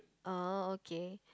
uh okay